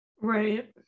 right